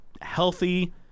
healthy